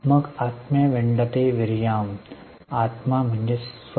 मग आत्म्या विंड्याते विर्याम आत्मा म्हणजे स्व